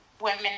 women